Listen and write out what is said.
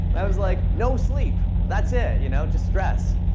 i was like, no sleep. that's it, you know just stress.